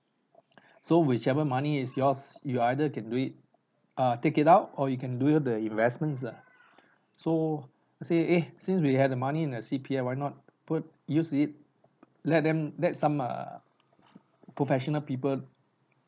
so whichever money is yours you either can do it uh take it out or you can do it with the investments ah so let say eh since we have the money in the C_P_F why not put use it let them let some err professional people